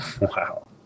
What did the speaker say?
Wow